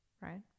right